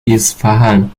isfahan